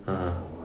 (uh huh)